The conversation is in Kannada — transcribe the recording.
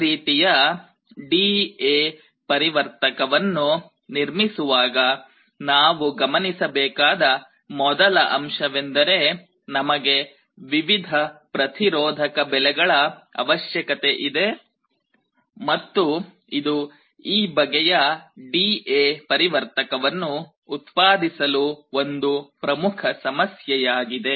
ಈ ರೀತಿಯ ಡಿಎ ಪರಿವರ್ತಕವನ್ನುDA converter ನಿರ್ಮಿಸುವಾಗ ನಾವು ಗಮನಿಸಬೇಕಾದ ಮೊದಲ ಅಂಶವೆಂದರೆ ನಮಗೆ ವಿವಿಧ ಪ್ರತಿರೋಧಕ ಬೆಲೆಗಳ ಅವಶ್ಯಕತೆ ಇದೆ ಮತ್ತು ಇದು ಈ ಬಗೆಯ ಡಿಎ ಪರಿವರ್ತಕವನ್ನುDA converter ಉತ್ಪಾದಿಸಲು ಇದು ಒಂದು ಪ್ರಮುಖ ಸಮಸ್ಯೆಯಾಗಿದೆ